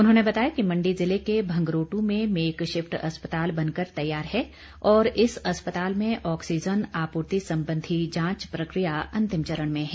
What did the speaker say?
उन्होंने बताया कि मंडी जिले के भंगरोट् में मेक शिफ्ट अस्पताल बनकर तैयार है और इस अस्पताल में ऑक्सीजन आपूर्ति संबंधी जांच प्रक्रिया अंतिम चरण में हैं